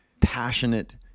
passionate